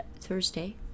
Thursday